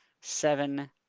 seven